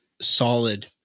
solid